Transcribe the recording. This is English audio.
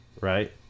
Right